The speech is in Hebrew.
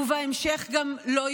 ובהמשך גם לא יהודית.